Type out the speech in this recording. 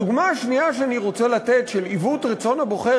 הדוגמה השנייה שאני רוצה לתת של עיוות רצון הבוחר